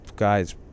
Guys